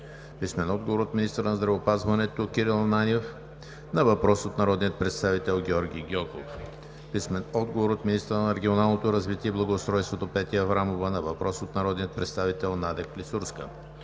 Генов; - министъра на здравеопазването Кирил Ананиев на въпрос от народния представител Георги Гьоков; - министъра на регионалното развитие и благоустройството Петя Аврамова на въпрос от народния представител Надя Клисурска;